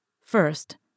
First